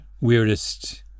weirdest